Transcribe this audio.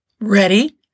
Ready